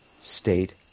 state